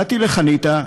באתי לחניתה.